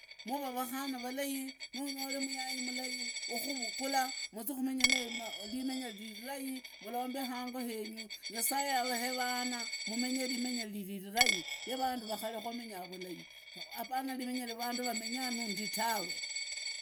Muva vakhana valai munyole muyai mulai wamuvugula muvihumenya naye limenya rirai, murombe hango henyu nyasaye avahee rana mumenye limenya rirai kuri vandu va kare nwamenyanga vulai, apana limenya lwa vandu vamenya nundi tawe.